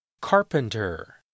Carpenter